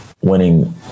winning